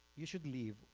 you should leave,